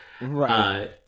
Right